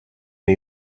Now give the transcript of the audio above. way